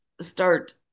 start